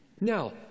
Now